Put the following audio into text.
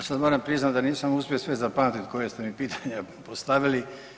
E sad moram priznati da nisam uspio sve zapamtiti koja ste mi pitanja postavili.